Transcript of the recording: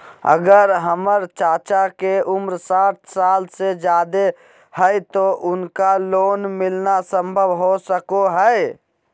अगर हमर चाचा के उम्र साठ साल से जादे हइ तो उनका लोन मिलना संभव हो सको हइ?